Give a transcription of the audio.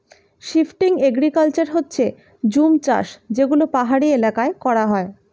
shifting agriculture হচ্ছে জুম চাষ যেগুলো পাহাড়ি এলাকায় করা হয়